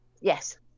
Yes